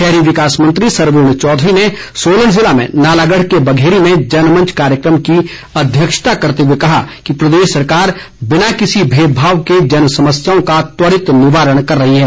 शहरी विकास मंत्री सरवीण चौधरी ने सोलन जिले में नालागढ़ के बघेरी में जनमंच कार्यक्रम की अध्यक्षता करते हुए कहा कि प्रदेश सरकार बिना किसी भेदभाव के जनसमस्याओं का त्वरित निवारण कर रही है